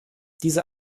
diese